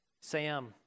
Sam